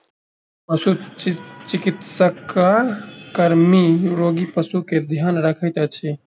पशुचिकित्सा कर्मी रोगी पशु के ध्यान रखैत अछि